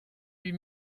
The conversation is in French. huit